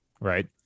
right